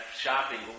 shopping